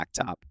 blacktop